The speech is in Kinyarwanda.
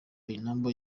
bernabeu